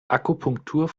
akupunktur